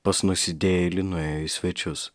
pas nusidėjėlį nuėjo į svečius